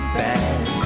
bad